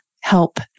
help